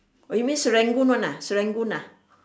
oh you mean Serangoon one ah Serangoon ah